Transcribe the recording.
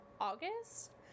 August